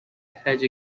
hedge